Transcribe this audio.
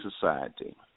society